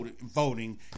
voting